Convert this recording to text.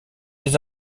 des